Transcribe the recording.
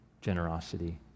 generosity